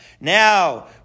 Now